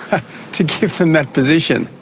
to give them that position.